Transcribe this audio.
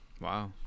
Wow